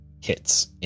hits